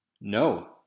No